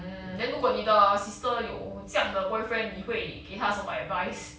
mm then 如果你的 sister 有酱的 boyfriend 你会给她什么 advice